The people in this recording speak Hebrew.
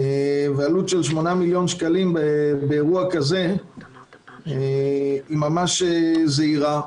עלות כזאת באירוע כזה היא ממש זעירה.